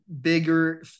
bigger